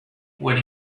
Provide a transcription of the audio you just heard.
what